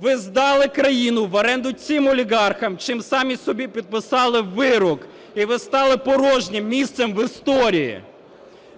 Ви здали країну в оренду цим олігархам, чим самі собі підписали вирок. І ви стали порожнім місцем в історії.